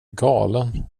galen